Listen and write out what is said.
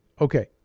Okay